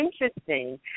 interesting